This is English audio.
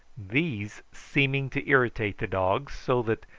these seeming to irritate the dog, so that,